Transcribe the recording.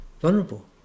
vulnerable